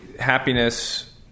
Happiness